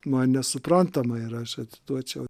man nesuprantama yra aš atiduočiau